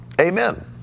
Amen